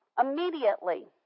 Immediately